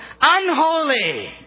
unholy